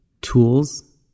tools